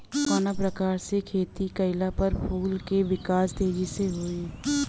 कवना प्रकार से खेती कइला पर फूल के विकास तेजी से होयी?